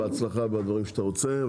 בהצלחה בדברים שאתה רוצה,